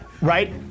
Right